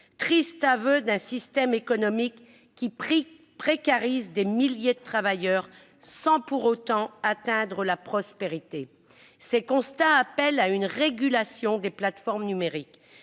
Triste aveu d'un système économique qui précarise des milliers de travailleurs, sans pour autant atteindre la prospérité ! Ces constats appellent à une régulation des plateformes numériques